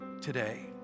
today